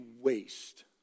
waste